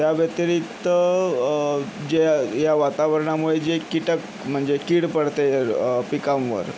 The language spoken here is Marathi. त्याव्यतिरिक्त जे या या वातावरणामुळे जे कीटक म्हणजे कीड पडते पिकांवर